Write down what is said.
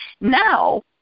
now